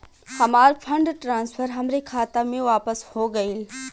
हमार fund transfer हमरे खाता मे वापस हो गईल